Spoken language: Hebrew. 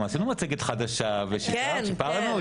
גם עשינו מצגת חדשה ושיפרנו אותה.